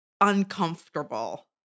uncomfortable